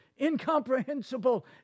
incomprehensible